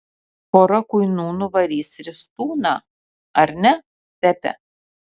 pora kuinų nuvarys ristūną ar ne pepe